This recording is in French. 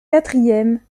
quatrième